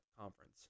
conference